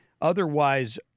otherwise